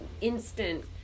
instant